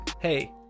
Hey